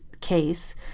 case